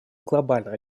глобального